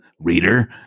reader